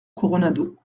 coronado